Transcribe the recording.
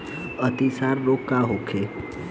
अतिसार रोग का होखे?